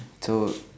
so